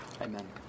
Amen